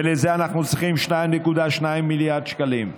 ולזה אנחנו צריכים 2.2 מיליארד שקלים,